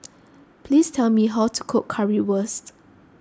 please tell me how to cook Currywurst